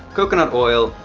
coconut oil,